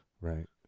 Right